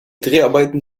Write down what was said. dreharbeiten